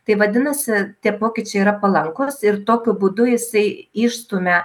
tai vadinasi tie pokyčiai yra palankūs ir tokiu būdu jisai išstumia